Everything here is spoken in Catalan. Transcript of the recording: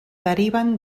deriven